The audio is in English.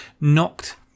knocked